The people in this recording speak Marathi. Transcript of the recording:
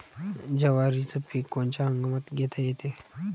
जवारीचं पीक कोनच्या हंगामात घेता येते?